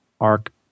arc